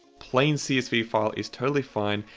plain csv file is totally fine.